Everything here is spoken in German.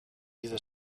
dieser